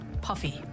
puffy